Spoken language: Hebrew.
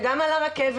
וגם על הרכבת,